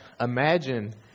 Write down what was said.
imagine